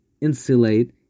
insulate